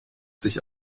sich